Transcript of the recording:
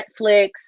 Netflix